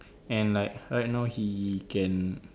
and like right now he can